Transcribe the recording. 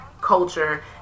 culture